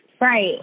Right